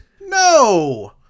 No